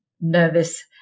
nervous